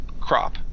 crop